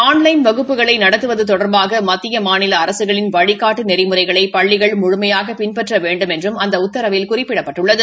ஆனலைவன் வகுப்புகளை நடத்துவது தொடர்பாக மத்திய மாநில அரசுகளின் வழிகாட்டு நெறிமுறைகளை பள்ளிகள் முழுமையாக பின்பற்ற வேண்டும் என்றும் அந்த உத்தரவில் குறிப்பிடப்பட்டுள்ளது